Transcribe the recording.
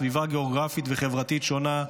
סביבה גאוגרפית וחברתית שונה,